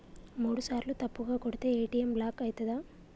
మూడుసార్ల తప్పుగా కొడితే ఏ.టి.ఎమ్ బ్లాక్ ఐతదా?